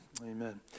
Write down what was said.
amen